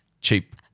cheap